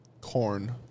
Corn